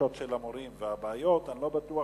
הדרישות של המורים והבעיות, אני לא בטוח